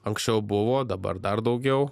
anksčiau buvo dabar dar daugiau